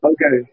Okay